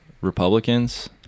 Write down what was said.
Republicans